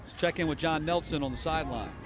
check in with john nelson on the sideline.